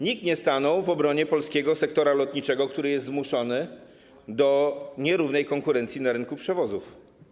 Nikt nie stanął w obronie polskiego sektora lotniczego, który jest zmuszony do nierównej konkurencji na rynku przewozów.